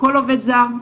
כל עובד זר,